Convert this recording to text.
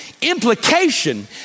Implication